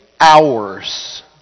hours